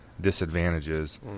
disadvantages